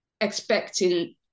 expecting